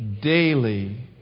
daily